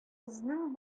кызның